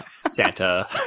Santa